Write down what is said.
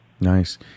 Nice